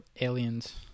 aliens